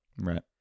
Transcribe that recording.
Right